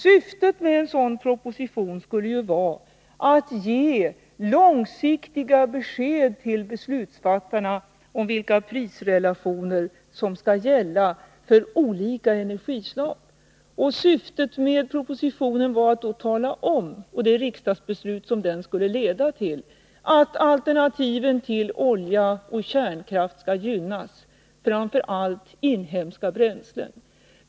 Syftet med en sådan proposition skulle vara att ge långsiktiga besked till beslutsfattarna om vilka prisrelationer som skall gälla för olika energislag. Syftet med propositionen, och det riksdagsbeslut som den skulle leda till, var också att tala om att alternativen till olja och kärnkraft skall gynnas — framför allt gäller det inhemska bränslen.